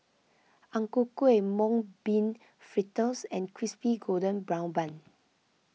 Ang Ku Kueh Mung Bean Fritters and Crispy Golden Brown Bun